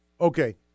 Okay